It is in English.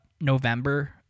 November